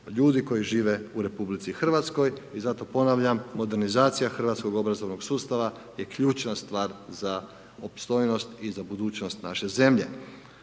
ljudi koji žive u RH i zato ponavljam modernizacija hrvatskog obrazovnog sustava je ključna stvar za opstojnost i za budućnost naše zemlje.